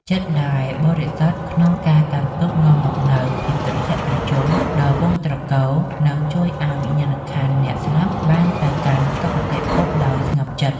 ចិត្តដែលបរិសុទ្ធក្នុងការកាន់ទុក្ខនាំមកនូវភាពត្រជាក់ត្រជុំដល់វង្សត្រកូល និង ជួយឱ្យវិញ្ញាណក្ខន្ធអ្នកស្លាប់បានទៅកាន់សុគតិភពដោយស្ងប់ចិត្ត។